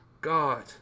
God